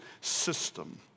system